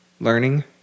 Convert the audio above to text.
learning